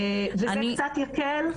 זה קצת יקל.